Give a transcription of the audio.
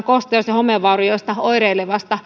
kosteus ja homevaurioista oireilevia